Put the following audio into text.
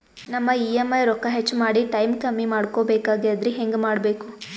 ನಮ್ಮ ಇ.ಎಂ.ಐ ರೊಕ್ಕ ಹೆಚ್ಚ ಮಾಡಿ ಟೈಮ್ ಕಮ್ಮಿ ಮಾಡಿಕೊ ಬೆಕಾಗ್ಯದ್ರಿ ಹೆಂಗ ಮಾಡಬೇಕು?